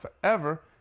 forever